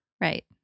Right